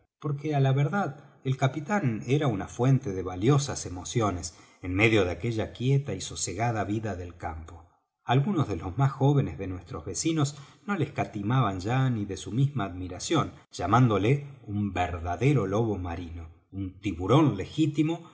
porque á la verdad el capitán era una fuente de valiosas emociones enmedio de aquella quieta y sosegada vida del campo algunos de los más jóvenes de nuestros vecinos no le escatimaban ya ni su misma admiración llamándole un verdadero lobo marino un tiburón legítimo y